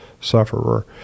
sufferer